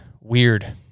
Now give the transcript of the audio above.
weird